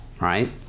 Right